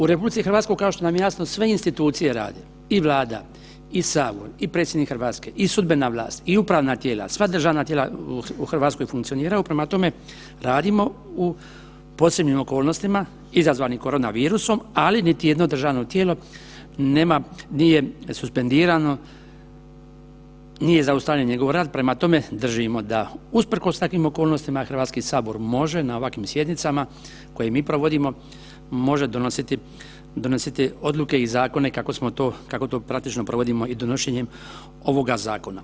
U RH, kao što nam jasno, sve institucije rade, i Vlada i Sabor i predsjednik Hrvatske i sudbena vlast i upravna tijela, sva državna tijela u Hrvatskoj funkcioniraju, prema tome, radimo u posebnim okolnostima izazvanim koronavirusom, ali niti jedno državno tijelo nema, nije suspendirano, nije zaustavljen njegov rad, prema tome, držimo da usprkos takvim okolnostima, HS može na ovakvim sjednicama koje mi provodimo, može donositi odluke i zakone kako smo to, kako to praktično provodimo i donošenjem ovoga zakona.